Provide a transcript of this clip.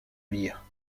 lire